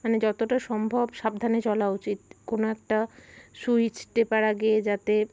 মানে যতটা সম্ভব সাবধানে চলা উচিত কোনো একটা সুইচ টেপার আগে যাতে